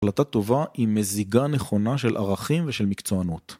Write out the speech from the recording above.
החלטה טובה היא מזיגה נכונה של ערכים ושל מקצוענות.